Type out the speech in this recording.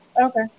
Okay